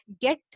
get